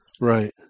Right